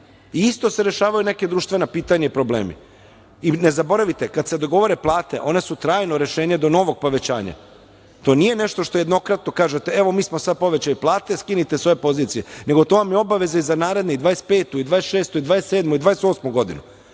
i isto se rešavaju neka društvena pitanja i problemi. Ne zaboravite kada se dogovore plate one su trajno rešenje do novog povećanja. To nije nešto što je jednokratno kažete, evo mi smo sada povećali plate, skinite sa ove pozicije, nego to vam je obaveza za narednu 2025, 2026, 2027. i 2028. godinu.